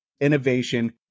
innovation